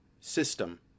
system